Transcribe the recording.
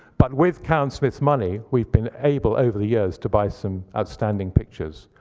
but with cowan smith's money, we've been able over the years to buy some outstanding pictures,